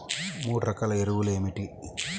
మూడు రకాల ఎరువులు ఏమిటి?